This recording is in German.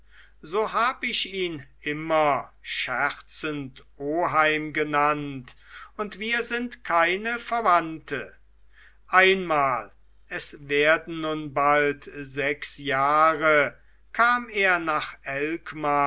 so hab ich ihn immer scherzend oheim genannt und wir sind keine verwandte einmal es werden nun bald sechs jahre kam er nach elkmar